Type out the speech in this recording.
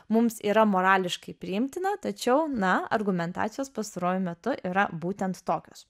mums yra morališkai priimtina tačiau na argumentacijos pastaruoju metu yra būtent tokios